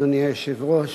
אדוני היושב-ראש,